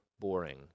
boring